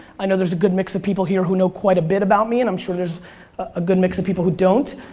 i know there's a good mix of people here who know quite a bit about me, and i'm sure there's a good mix of people who don't.